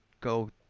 go